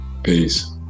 Peace